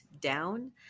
down